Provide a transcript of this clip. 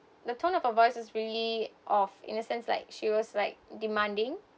the tone of her voice is really of innocence like she was like demanding